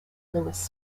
louis